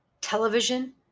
television